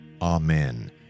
Amen